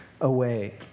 away